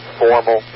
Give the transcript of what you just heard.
formal